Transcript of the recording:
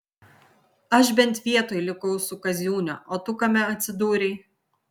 aš bent vietoj likau su kaziūne o tu kame atsidūrei